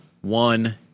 one